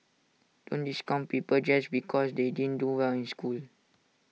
don't discount people just because they didn't do well in school